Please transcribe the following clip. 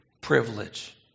privilege